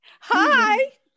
Hi